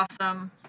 awesome